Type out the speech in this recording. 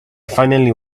finally